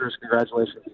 Congratulations